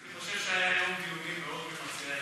אני חושב שהיה יום דיונים מאוד ממצה היום.